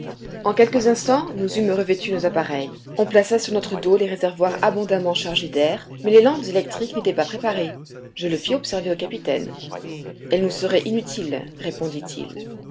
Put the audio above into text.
en quelques instants nous eûmes revêtu nos appareils on plaça sur notre dos les réservoirs abondamment chargés d'air mais les lampes électriques n'étaient pas préparées je le fis observer au capitaine elles nous seraient inutiles répondit-il